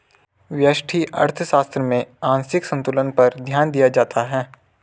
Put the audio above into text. व्यष्टि अर्थशास्त्र में आंशिक संतुलन पर ध्यान दिया जाता है